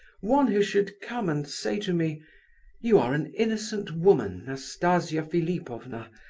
one who should come and say to me you are an innocent woman, nastasia philipovna,